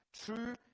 true